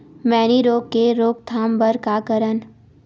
मैनी रोग के रोक थाम बर का करन?